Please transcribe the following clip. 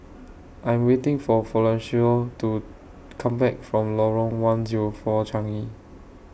I'm waiting For Florencio to Come Back from Lorong one Zero four Changi